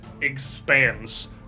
expands